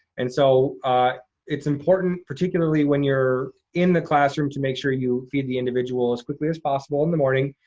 and so it's important, particularly when you're in the classroom, to make sure you feed the individual as quickly as possible in the morning.